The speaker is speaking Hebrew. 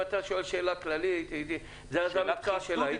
זה המקצוע שלה.